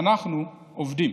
אנחנו עובדים.